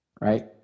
Right